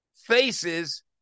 faces